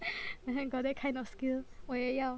I ain't got that kind of skill 我也要